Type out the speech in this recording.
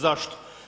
Zašto?